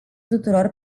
tuturor